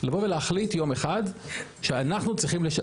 לבוא ולהחליט יום אחד שאנחנו צריכים לשלם,